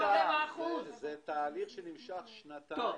זה תהליך שנמשך שנתיים.